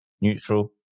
neutral